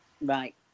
Right